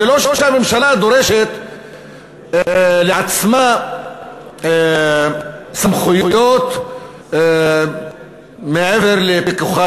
ולא שהממשלה דורשת לעצמה סמכויות מעבר לפיקוחה